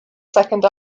second